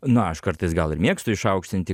na aš kartais gal ir mėgstu išaukštinti